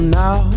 now